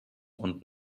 und